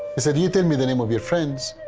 he said, you tell me the name of your friends,